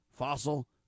Fossil